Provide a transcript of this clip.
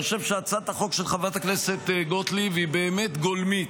אני חושב שהצעת החוק של חברת הכנסת גוטליב היא באמת גולמית,